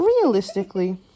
realistically